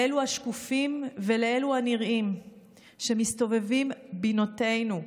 לאלה השקופים ולאלה הנראים שמסתובבים בינותינו,